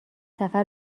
سفر